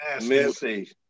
Missy